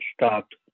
stopped